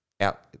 out